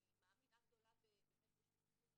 אני מאמינה גדולה בשותפות,